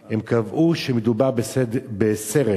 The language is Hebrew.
הם קבעו שמדובר בסרט